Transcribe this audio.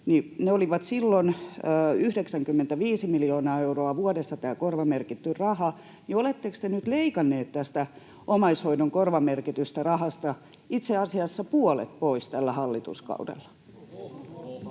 raha oli silloin 95 miljoonaa euroa vuodessa: oletteko te nyt leikanneet tästä omaishoidon korvamerkitystä rahasta itse asiassa puolet pois tällä hallituskaudella?